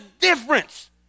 difference